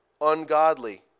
ungodly